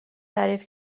تعریف